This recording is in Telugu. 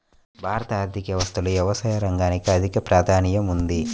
భారత ఆర్థిక వ్యవస్థలో వ్యవసాయ రంగానికి అధిక ప్రాధాన్యం ఉంది